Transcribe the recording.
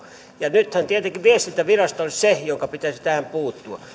ja nythän tietenkin viestintävirasto olisi se jonka pitäisi tähän puuttua